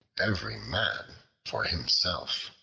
every man for himself.